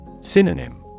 Synonym